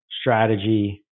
strategy